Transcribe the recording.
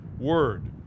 Word